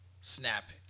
snap